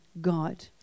God